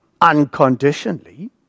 unconditionally